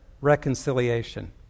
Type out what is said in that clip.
reconciliation